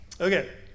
Okay